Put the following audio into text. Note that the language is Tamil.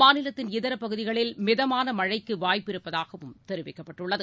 மாநிலத்தின் இதர பகுதிகளில் மிதமான மழைக்கு வாய்ப்பிருப்பதாகவும் தெரிவிக்கப்பட்டுள்ளது